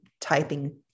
typing